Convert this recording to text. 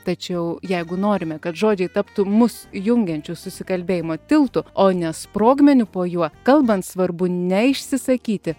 tačiau jeigu norime kad žodžiai taptų mus jungiančiu susikalbėjimo tiltu o ne sprogmeniu po juo kalbant svarbu ne išsisakyti